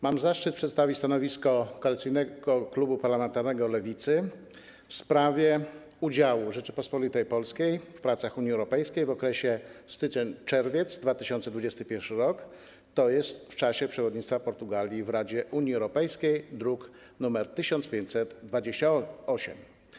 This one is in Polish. Mam zaszczyt przedstawić stanowisko Koalicyjnego Klubu Parlamentarnego Lewicy w sprawie udziału Rzeczypospolitej Polskiej w pracach Unii Europejskiej w okresie styczeń - czerwiec 2021 r., tj. w czasie przewodnictwa Portugalii w Radzie Unii Europejskiej (druk nr 1528)